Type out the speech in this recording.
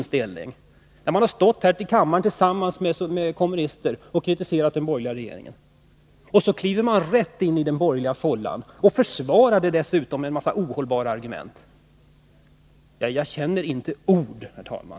Socialdemokrater har stått här i kammaren tillsammans med kommunister och kritiserat den borgerliga regeringen, och så kliver de direkt in i den borgerliga fållan — och försvarar det med en massa ohållbara argument. Jag finner inte ord, herr talman!